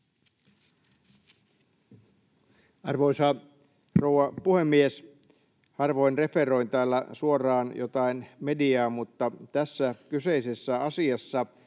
Arvoisa rouva puhemies! Harvoin referoin täällä suoraan jotain mediaa, mutta tässä kyseisessä asiassa